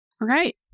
Right